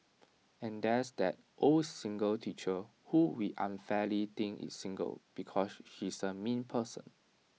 and there's that old single teacher who we unfairly think is single because she's A mean person